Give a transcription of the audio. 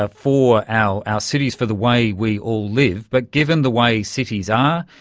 ah for our ah cities, for the way we all live. but given the way cities are,